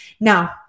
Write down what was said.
Now